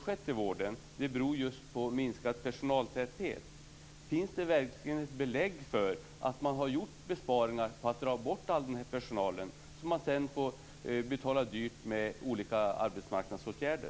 Därför blir min fråga till Ingrid Andersson: Finns det verkligen belägg för att man har gjort besparingar genom att dra bort all den här personalen, som man sedan får betala dyrt för med olika arbetsmarknadsåtgärder?